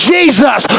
Jesus